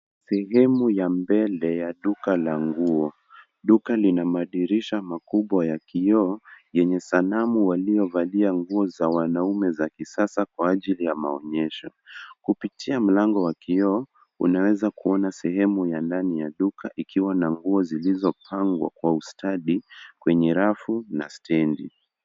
Sehemu ya mbele ya duka la nguo. Duka lina madirisha makubwa ya kioo, ye ye sanamu waliovalia nguo za wanaume za kisasa kwa ajili ya maonyesho. Kupitia mlango wa kioo, unaweza kuona sehemu ya ndani ya duka ikiwa na nguo zilizopangwa kwa ustadi, kwenye rafu na stendi.